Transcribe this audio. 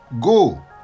Go